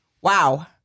Wow